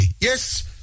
Yes